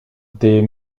des